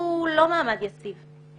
הוא לא מעמד יציב.